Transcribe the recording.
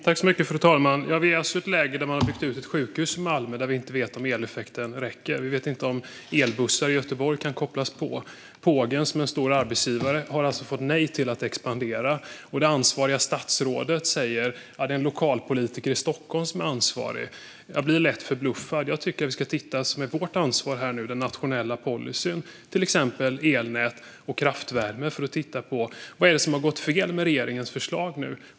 Fru talman! Vi är alltså i ett läge där man har byggt ut ett sjukhus i Malmö men man vet inte om eleffekten räcker. Vi vet inte om elbussar i Göteborg kan kopplas på. Pågens, som är en stor arbetsgivare, har alltså fått nej till att expandera. Det ansvariga statsrådet säger att det är en lokalpolitiker i Stockholm som är ansvarig. Jag blir lätt förbluffad. Jag tycker att vi ska titta på det som är vårt ansvar, nämligen den nationella policyn för elnät och kraftvärme för att se vad det är som har gått fel med regeringens förslag.